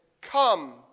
come